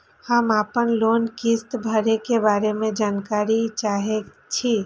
हम आपन लोन किस्त भरै के बारे में जानकारी चाहै छी?